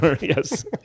yes